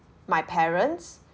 my parents